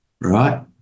right